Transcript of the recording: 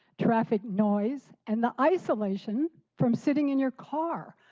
traffic noise, and the isolation from sitting in your car.